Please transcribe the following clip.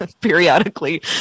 periodically